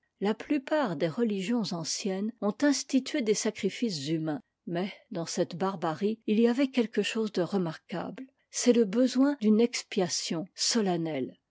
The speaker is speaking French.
la plupart des religions anciennes ont institué des sacrifices humains mais dans cette barbarie il y avait quelque chose de remarquable c'est le besoin d'une expiation solennelle